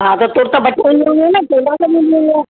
ह त थो त